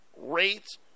rates